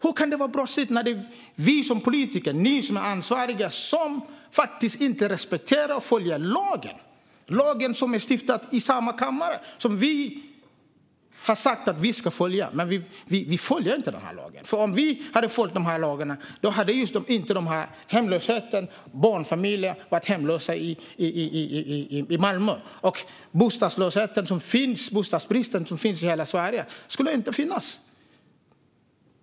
Hur kan det vara brottsligt när det är vi som ansvariga politiker som inte respekterar och följer lagen, den lag som är stiftad i samma kammare och som vi har sagt att vi ska följa? Vi följer inte den här lagen, för om vi hade följt lagen hade inte dessa barnfamiljer i Malmö varit hemlösa. Den bostadsbrist som finns i hela Sverige skulle inte finnas.